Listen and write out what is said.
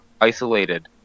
isolated